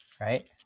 Right